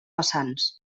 vessants